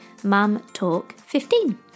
MUMTALK15